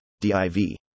DIV